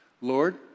Lord